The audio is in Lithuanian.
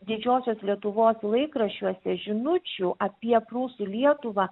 didžiosios lietuvos laikraščiuose žinučių apie prūsų lietuvą